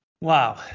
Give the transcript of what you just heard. Wow